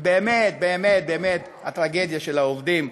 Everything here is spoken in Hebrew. ובאמת באמת באמת הטרגדיה של העובדים,